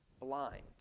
blind